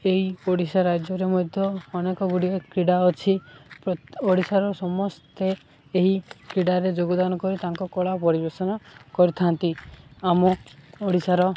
ଏହି ଓଡ଼ିଶା ରାଜ୍ୟରେ ମଧ୍ୟ ଅନେକଗୁଡ଼ିଏ କ୍ରୀଡ଼ା ଅଛି ଓଡ଼ିଶାର ସମସ୍ତେ ଏହି କ୍ରୀଡ଼ାରେ ଯୋଗଦାନ କରି ତାଙ୍କ କଳା ପରିବେଷନ କରିଥାନ୍ତି ଆମ ଓଡ଼ିଶାର